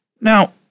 Now